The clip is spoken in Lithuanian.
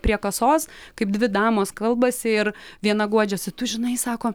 prie kasos kaip dvi damos kalbasi ir viena guodžiasi tu žinai sako